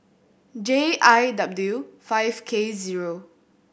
J I W five K zero